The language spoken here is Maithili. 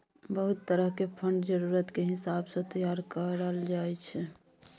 बहुत तरह के फंड जरूरत के हिसाब सँ तैयार करल जाइ छै